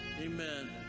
Amen